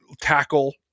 tackle